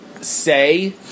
say